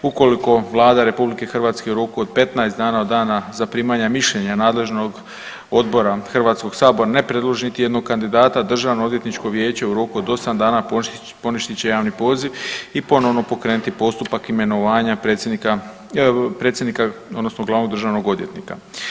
Ukoliko Vlada RH u roku od 15 dana od dana zaprimanja mišljenja nadležnog odbora HS ne predloži niti jednog kandidata, državno odvjetničko vijeće u roku od 8 dana poništit će javni poziv i ponovno pokrenuti postupak imenovanja predsjednika, predsjednika odnosno glavnog državnog odvjetnika.